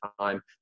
time